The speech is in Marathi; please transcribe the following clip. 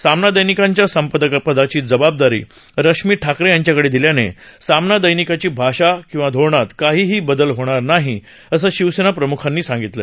सामना दैनिकाच्या संपादकपदाची जबाबदारी रश्मी ठाकरे यांच्याकडे दिल्याने सामना दैनिकाची भाषा किंवा धोरणात काहीही बदल होणार नाही असं शिवसेना पक्षप्रमुखांनी सांगितलं